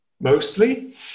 Mostly